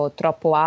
troppo